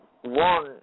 One